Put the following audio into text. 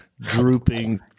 drooping